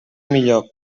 millor